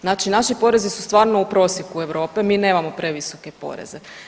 Znači naši porezi su stvarno u prosjeku Europe, mi nemamo previsoke poreze.